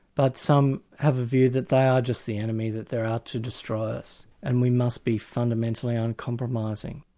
but some have a view that they are just the enemy, that they're out to destroy us, and we must be fundamentally uncompromising.